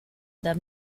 them